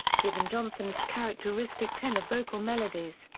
given johnson's characteristic tenor vocal melodies,